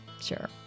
sure